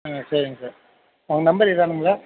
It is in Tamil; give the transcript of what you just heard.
ஆ சரிங்க சார் உங்கள் நம்பர் இதுதானுங்களா